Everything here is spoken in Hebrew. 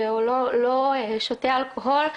לא שותה אלכוהול,